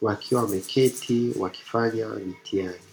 wakiwa wameketi wakifanya mtihani.